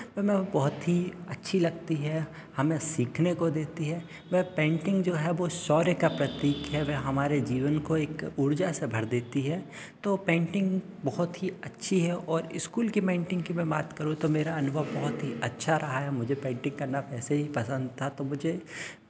मैं बहुत ही अच्छी लगती है हमें सीखने को देती है वह पेंटिंग जो है शौर्य का प्रतीक है वो हमारे जीवन को एक ऊर्जा से भर देती है तो पेंटिंग बहुत ही अच्छी है और स्कूल के पेंटिंग की मैं बात करूँ तो मेरा अनुभव बहुत ही अच्छा रहा है मुझे पेंटिंग करना ऐसे ही पसंद था तो मुझे